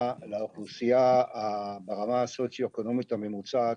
לאוכלוסייה ברמה הסוציואקונומית הממוצעת,